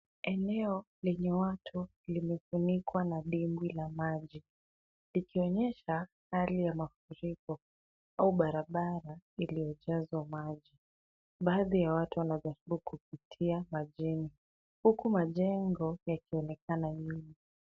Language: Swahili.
Eneo lenye watu limefunikwa na dimbwi la maji, likionyesha hali ya mafuriko au barabara iliyojazwa maji. Baadhi ya watu wanajaribu kupitia majini huku majengo yakionekana nyuma.